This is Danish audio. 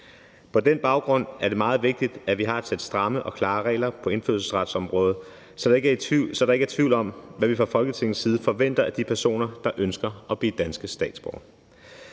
På den baggrund er det meget vigtigt, at vi har et sæt stramme og klare regler på indfødsretsområdet, så der ikke er tvivl om, hvad vi fra Folketingets side forventer af de personer, der ønsker at blive danske statsborgere.